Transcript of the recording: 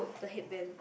the head band